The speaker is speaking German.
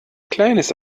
kleines